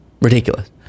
Ridiculous